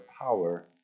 power